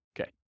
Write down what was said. Okay